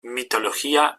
mitología